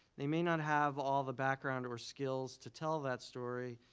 they may not have all the background or skills to tell that story,